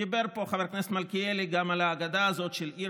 דיבר פה חבר הכנסת מלכיאלי גם על האגדה הזאת של עיר